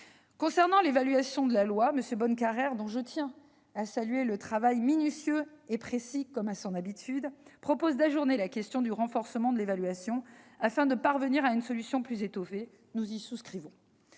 Concernant l'évaluation de la loi, M. Bonnecarrère, dont je tiens à saluer le travail, minutieux et précis comme à l'habitude, propose d'ajourner l'examen de la question du renforcement de l'évaluation, afin de pouvoir parvenir à une solution plus étoffée : nous sommes